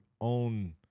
own